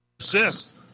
assists